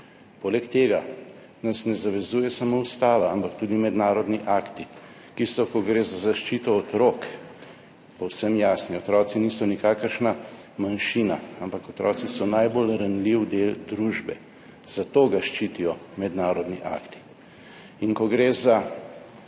Poleg tega nas ne zavezuje samo Ustava, ampak tudi mednarodni akti, ki so, ko gre za zaščito otrok, povsem jasni. Otroci niso nikakršna manjšina, ampak otroci so najbolj ranljiv del družbe, zato ga ščitijo mednarodni akti. In ko gre za Temeljno